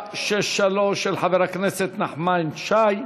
763 של חבר הכנסת נחמן שי: